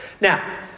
Now